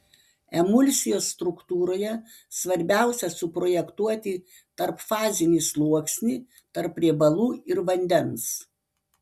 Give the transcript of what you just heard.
emulsijos struktūroje svarbiausia suprojektuoti tarpfazinį sluoksnį tarp riebalų ir vandens